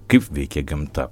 kaip veikia gamta